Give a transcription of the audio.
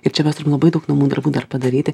ir čia mes turim labai daug namų darbų dar padaryti